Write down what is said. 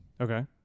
Okay